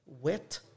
wet